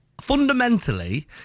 fundamentally